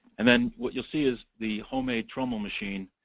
and then what you'll see is the homemade trommel machine,